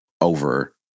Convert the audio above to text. over